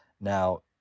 now